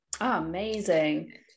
amazing